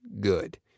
good